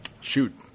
shoot